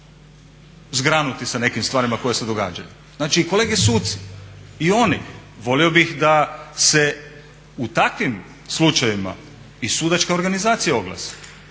zgranuti sa nekim stvarima koje se događaju. Znači i kolege suci, i oni. Volio bih da se u takvim slučajevima i sudačka organizacija oglasi,